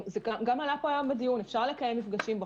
הדיון השלישי שלנו היום הוא המשך,